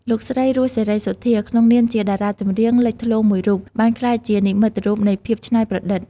លោកស្រី រស់ សេរីសុទ្ធា ក្នុងនាមជាតារាចម្រៀងលេចធ្លោមួយរូប បានក្លាយជា និមិត្តរូបនៃភាពច្នៃប្រឌិត ។